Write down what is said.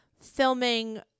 filming